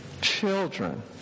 children